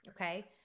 Okay